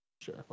sure